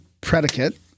predicate